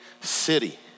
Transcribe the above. city